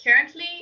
currently